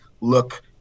look